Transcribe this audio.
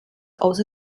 also